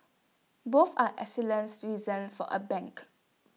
both are excellent reasons for A bank